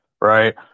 right